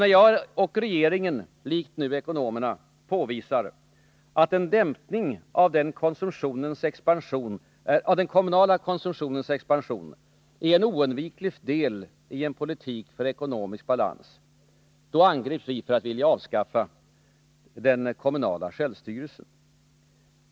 När jag och regeringen — likt nu ekonomerna — påvisar att ”en dämpning av den kommunala konsumtionens expansion är en oundviklig del i en politik för ekonomisk balans”, då angrips vi för att vilja avskaffa den kommunala självstyrelsen.